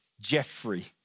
Jeffrey